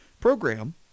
program